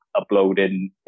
uploading